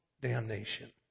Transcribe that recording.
damnation